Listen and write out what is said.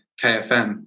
KFM